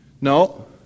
No